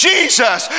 Jesus